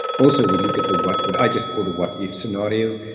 also, we look at the what, but i just call the what if scenario.